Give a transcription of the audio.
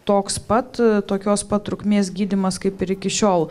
toks pat tokios pat trukmės gydymas kaip ir iki šiol